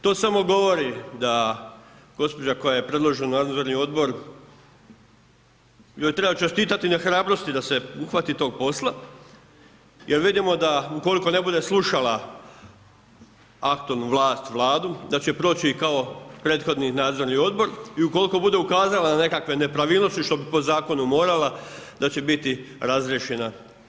To samo govori da gđa. koja je predložena u nadzorni odbor joj treba čestitati na hrabrosti da se uhvati tog posla jer vidimo da ukoliko ne bude slušala aktualnu vlast, Vladu, da će proći kao prethodni nadzorni odbor i ukoliko bude ukazala na nekakve nepravilnosti što bi po zakonu morala, da će biti razriješena.